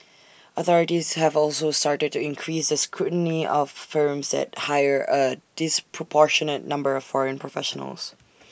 authorities have also started to increase the scrutiny of firms that hire A disproportionate number of foreign professionals